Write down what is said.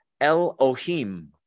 Elohim